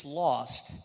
lost